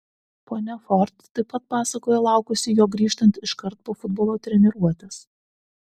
ponia ford taip pat pasakojo laukusi jo grįžtant iškart po futbolo treniruotės